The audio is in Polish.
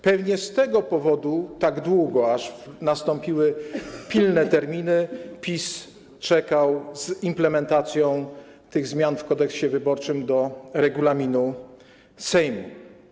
Pewnie z tego powodu tak długo, do momentu, aż nastąpiły pilne terminy, PiS czekał z implementacją tych zmian w Kodeksie wyborczym do regulaminu Sejmu.